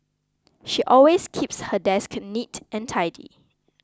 she always keeps her desk neat and tidy